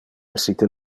essite